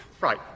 Right